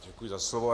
Děkuji za slovo.